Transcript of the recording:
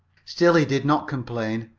still he did not complain,